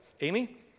Amy